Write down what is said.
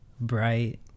bright